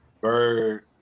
Bird